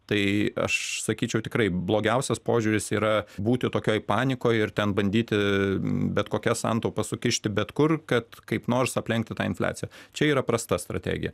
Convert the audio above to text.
tai aš sakyčiau tikrai blogiausias požiūris yra būti tokioj panikoj ir ten bandyti bet kokias santaupas sukišti bet kur kad kaip nors aplenkti tą infliaciją čia yra prasta strategija